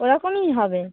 ওরকমই হবে